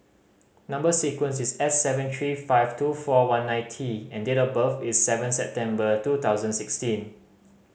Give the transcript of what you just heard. number sequence is S seven three five two four one nine T and date of birth is seven September two thousand sixteen